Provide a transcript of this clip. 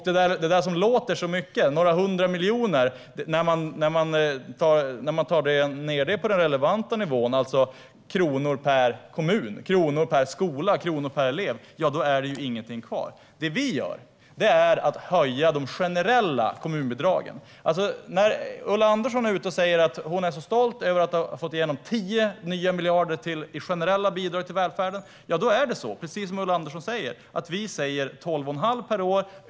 Det som låter så mycket, några hundra miljoner, är det ingenting kvar av när man tar ned det till den relevanta nivån - kronor per kommun, per skola och per elev. Det vi gör är att höja de generella kommunbidragen. När Ulla Andersson säger att hon är så stolt över att ha fått igenom 10 nya miljarder i generella bidrag till välfärden, då är det så, precis som Ulla Andersson säger, att vi tillför 12 1⁄2 miljard per år.